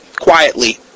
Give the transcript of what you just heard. quietly